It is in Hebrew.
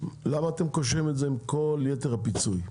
למה אתם קושרים את זה עם כל יתר הפיצוי?